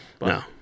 No